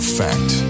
fact